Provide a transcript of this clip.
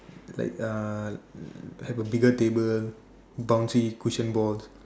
like uh have a bigger table bouncy cushion ball